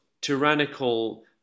tyrannical